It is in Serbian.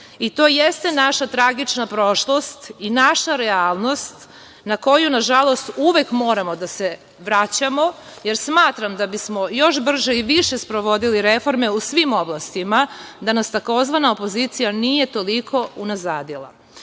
i to jeste naša tragična prošlost i naša realnost na koju, nažalost, uvek moramo da se vraćamo, jer smatram da bi smo još brže i više sprovodili reforme u svim oblastima, da nas tzv. opozicija nije toliko unazadila. Zato